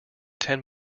ten